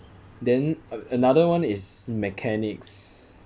then a~ another one is mechanics